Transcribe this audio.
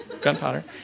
gunpowder